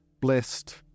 blessed